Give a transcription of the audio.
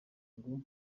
ngo